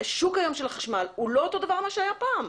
שוק החשמל היום הוא לא מה שהיה פעם.